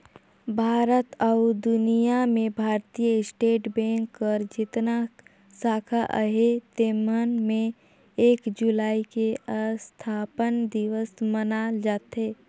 भारत अउ दुनियां में भारतीय स्टेट बेंक कर जेतना साखा अहे तेमन में एक जुलाई के असथापना दिवस मनाल जाथे